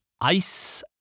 Ice